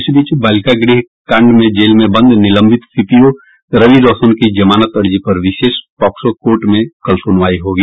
इस बीच बालिका गृह कांड में जेल में बंद निलंबित सीपीओ रवि रौशन की जमानत अर्जी पर विशेष पौक्सो कोर्ट में कल सुनवाई होगी